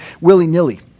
willy-nilly